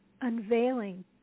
unveiling